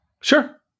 Sure